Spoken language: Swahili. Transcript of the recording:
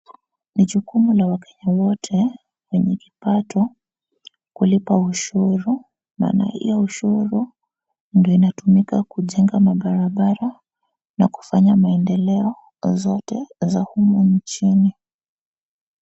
Ni jukumu la wakenya wote, wenye kipato kulipa ushuru maana hio ushuru, ndio inatumika kujenga magawa bora na kufanya maendeleo zote za humu nchini.